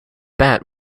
bat